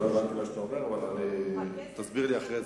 לא הבנתי מה אתה אומר, אבל תסביר לי אחרי זה.